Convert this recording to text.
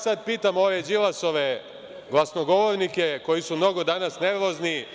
Sada pitam ove Đilasove glasnogovornike koji su mnogo danas nervozni…